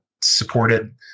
supported